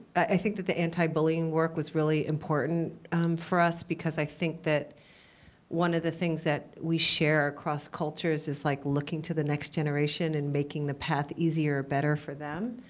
i think that the anti-bullying work was really important for us, because i think that one of the things that we share across cultures is like looking to the next generation and making the path easier or better for them.